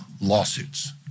lawsuits